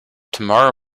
tomorrow